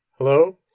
Hello